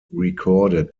recorded